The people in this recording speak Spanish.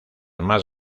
más